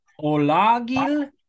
olagil